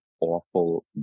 awful